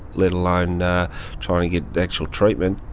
let alone and try and get actual treatment.